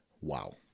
Wow